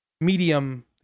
medium